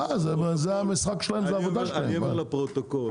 אני אומר לפרוטוקול